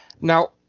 Now